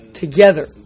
together